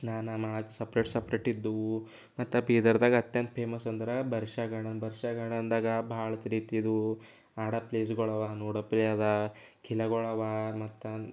ಸ್ನಾನ ಮಾಡೋಕ್ಕೆ separate separate ಇದ್ದವೂ ಮತ್ತೆ ಆ ಬೀದರ್ದಾಗೆ ಅತ್ಯಂತ ಫೇಮಸ್ ಅಂದರೆ ಬರ್ಷಾಗಣ ಬರ್ಷಾಗಣ ಅಂದಾಗ ಭಾಳ ತಿರಿತ್ತಿದ್ದೂ ಆಡೋ ಪ್ಲೇಸುಗಳವ ನೋಡೊ ಪ್ಲೇ ಅದಾ ಕಿಲೆಗಳು ಅವಾ ಮತ್ತೆ